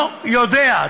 לא יודע.